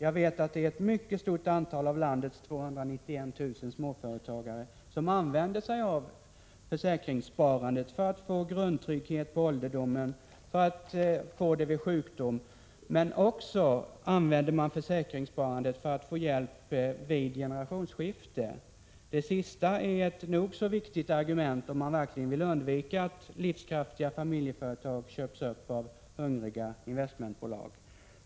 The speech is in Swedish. Jag vet att det är ett mycket stort antal av landets 291 000 småföretagare som använder sig av försäkringssparandet för att få grundtrygghet på ålderdomen och vid sjukdom. Man använder också försäkringssparandet för att få hjälp vid generationsskifte. Det sista är ett nog så viktigt argument, om man verkligen vill undvika att livskraftiga familjeföretag köps upp av hungriga investmentbolag.